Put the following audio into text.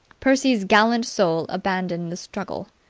percy's gallant soul abandoned the struggle.